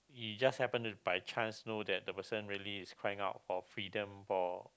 you just happen to by chance know that the people really is crying out for freedom for